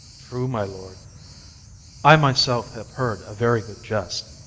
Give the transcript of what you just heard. true, my lord i myself have heard a very good jest,